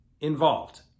involved